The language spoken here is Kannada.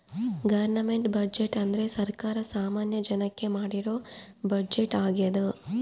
ಗವರ್ನಮೆಂಟ್ ಬಜೆಟ್ ಅಂದ್ರೆ ಸರ್ಕಾರ ಸಾಮಾನ್ಯ ಜನಕ್ಕೆ ಮಾಡಿರೋ ಬಜೆಟ್ ಆಗ್ಯದ